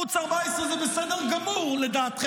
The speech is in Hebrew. ערוץ 14. לא, ערוץ 14 זה בסדר גמור, לדעתכם.